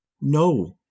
No